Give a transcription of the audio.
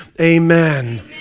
Amen